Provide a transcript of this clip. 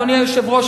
אדוני היושב-ראש,